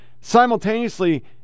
Simultaneously